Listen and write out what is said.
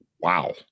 Wow